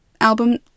album